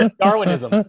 Darwinism